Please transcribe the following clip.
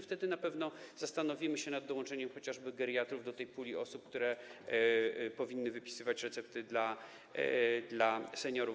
Wtedy na pewno zastanowimy się nad dołączeniem chociażby geriatrów do tej puli osób, które powinny wypisywać recepty dla seniorów.